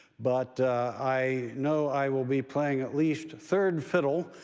but i know i will be playing at least third fiddle,